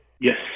Yes